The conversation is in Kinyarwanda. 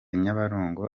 nyabarongo